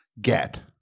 get